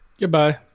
goodbye